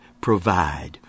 provide